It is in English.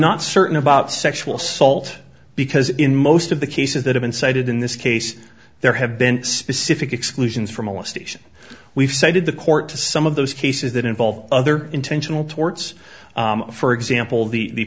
not certain about sexual assault because in most of the cases that have been cited in this case there have been specific exclusions from a law station we've cited the court to some of those cases that involve other intentional torts for example the